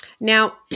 Now